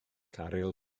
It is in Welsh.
caryl